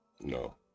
No